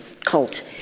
cult